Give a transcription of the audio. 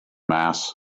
mass